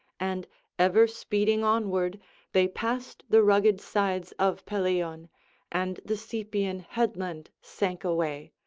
and ever speeding onward they passed the rugged sides of pelion and the sepian headland sank away,